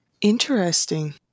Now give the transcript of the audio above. Interesting